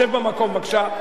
שב במקום בבקשה.